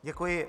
Děkuji.